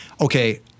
okay